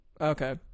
Okay